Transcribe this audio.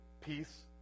peace